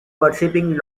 worshipping